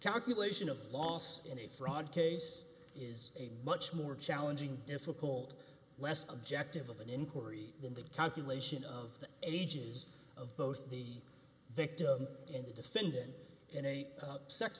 calculation of loss in a fraud case is a much more challenging difficult less objective of an inquiry than the calculation of the ages of both the victim and the defendant in a